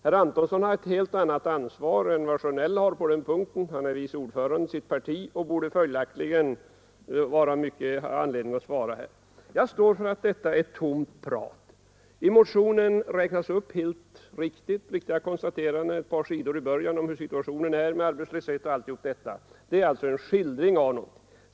Herr Antonsson har ju ett helt annat ansvar än vad herr Sjönell har på den punkten, eftersom herr Antonsson är vice ordförande i sitt parti och följaktligen borde ha anledning att svara här. Jag står för att detta är tomt prat. I början på motionen räknas på ett par sidor upp helt riktiga konstateranden om hur situationen är med arbetslöshet och allt detta. Det är alltså en skildring av förhållandena.